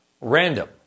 random